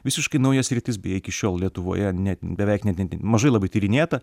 visiškai nauja sritis beje iki šiol lietuvoje net beveik nedin mažai labai tyrinėta